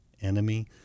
Enemy